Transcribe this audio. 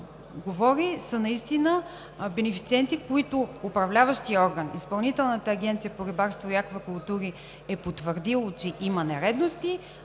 говори, са бенефициенти, които управляващият орган – Изпълнителната агенция по рибарство и аквакултури, е потвърдил, че има нередности.